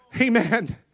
Amen